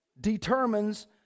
determines